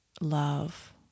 love